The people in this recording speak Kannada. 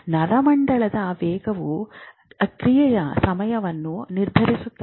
ನರಮಂಡಲದ ವೇಗವು ಕ್ರಿಯೆಯ ಸಮಯವನ್ನು ನಿರ್ಧರಿಸುತ್ತದೆ